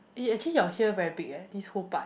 eh actually your here very big eh this whole part